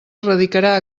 radicarà